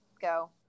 Go